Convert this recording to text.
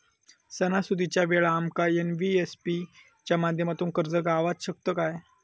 सणासुदीच्या वेळा आमका एन.बी.एफ.सी च्या माध्यमातून कर्ज गावात शकता काय?